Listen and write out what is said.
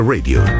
Radio